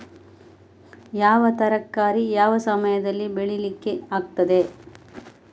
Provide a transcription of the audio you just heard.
ಯಾವ ತರಕಾರಿ ಯಾವ ಸಮಯದಲ್ಲಿ ಬೆಳಿಲಿಕ್ಕೆ ಆಗ್ತದೆ?